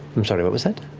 i'm sorry, what was that?